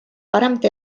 paremat